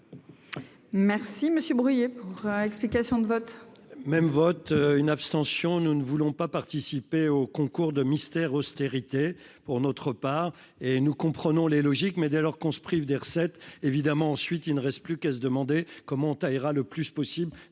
Merci Monsieur Bruillet pour explications de vote. Même vote une abstention : nous ne voulons pas participer au concours de Mister austérité pour notre part et nous comprenons les logiques, mais dès lors qu'on se prive des recettes évidemment ensuite il ne reste plus qu'à se demander comment ira le plus possible